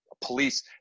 police